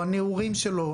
הנעורים שלו,